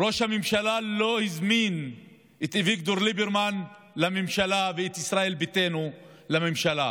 ראש הממשלה לא הזמין את אביגדור ליברמן לממשלה ואת ישראל ביתנו לממשלה.